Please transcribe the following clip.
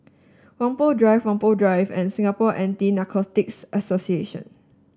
Whampoa Drive Whampoa Drive and Singapore Anti Narcotics Association